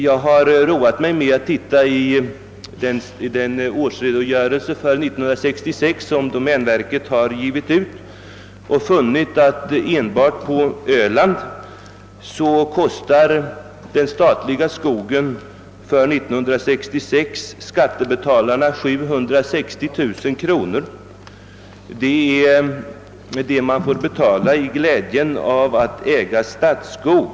Jag har roat mig med att titta i den årsredogörelse för 1966 som domänverket har givit ut och funnit att enbart på öland kostade den statliga skogen år 1966 skattebetalarna 400000 kronor; det är vad man får betala för glädjen att äga statsskog.